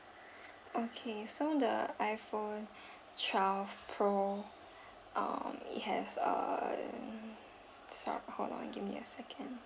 okay so the iphone twelve pro um it has err sorry hold on give me a second